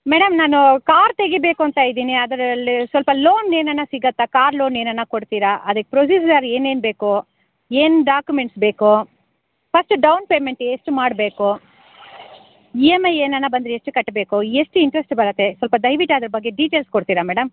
madam ನಾನು car ತೆಗಿಬೇಕಂತಾ ಇದ್ದೀನಿ ಅದರಲ್ಲಿ ಸ್ವಲ್ಪ ಲೋನ್ ಏನಾದ್ರು ಸಿಗುತ್ತಾ ಕಾರ್ ಲೋನ್ ಏನಾದ್ರು ಕೊಡ್ತೀರಾ ಅದಕ್ಕೆ ಪ್ರೊಸೀಜರ್ ಏನೇನು ಬೇಕು ಏನು ಡಾಕ್ಯುಮೆಂಟ್ಸ್ ಬೇಕು ಫಸ್ಟ್ ಡೌನ್ ಪೇಮೆಂಟ್ ಎಷ್ಟು ಮಾಡಬೇಕು ಇ ಎಂ ಐ ಏನಾದ್ರು ಬಂದರೆ ಎಷ್ಟು ಕಟ್ಟಬೇಕು ಎಷ್ಟು ಇಂಟ್ರೆಸ್ಟ್ ಬರುತ್ತೆ ಸ್ವಲ್ಪ ದಯವಿಟ್ಟು ಅದರ ಬಗ್ಗೆ ಡೀಟೇಲ್ಸ್ ಕೊಡ್ತೀರಾ ಮೇಡಮ್